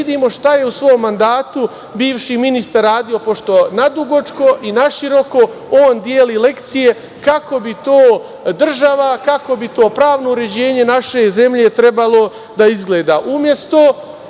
vidimo šta je u svom mandatu bivši ministar radio, pošto nadugačko i naširoko on deli lekcije kako bi to država, kako bi to pravno uređenje naše zemlje trebalo da izgleda. Umesto